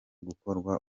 gukorwa